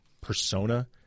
persona